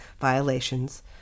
violations